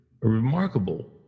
remarkable